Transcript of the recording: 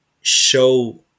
show